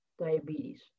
diabetes